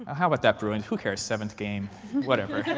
how about that bruins? who cares? seventh game whatever.